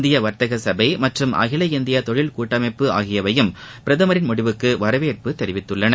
இந்திய வர்த்தக சபை மற்றும் அகில இந்திய தொழில் கூட்டமைப்பு ஆகியவையும் பிரதமரின் முடிவுக்கு வரவேற்பு தெரிவித்துள்ளன